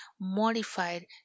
modified